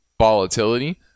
volatility